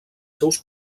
seus